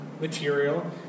material